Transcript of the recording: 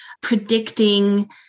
predicting